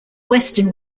western